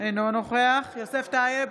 אינו נוכח יוסף טייב,